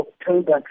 October